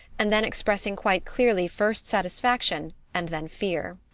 and then expressing quite clearly first satisfaction and then fear.